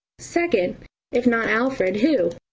second if not alfred, who?